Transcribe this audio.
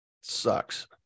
sucks